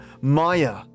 Maya